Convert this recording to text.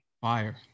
Fire